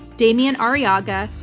demien arriaga,